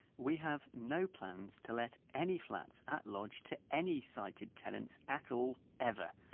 we have no plans to let any flats at lodge to any sighted tenants at all, ever.